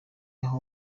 aho